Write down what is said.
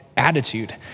attitude